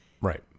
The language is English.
Right